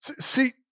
See